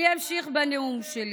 אני אמשיך בנאום שלי.